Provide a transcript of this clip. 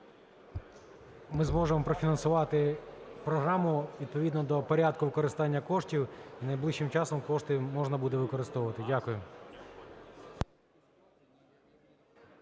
Ми зможемо профінансувати програму відповідно до порядку використання коштів. І найближчим часом кошти можна буде використовувати. Дякую.